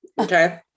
Okay